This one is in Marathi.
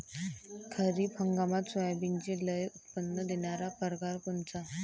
खरीप हंगामात सोयाबीनचे लई उत्पन्न देणारा परकार कोनचा?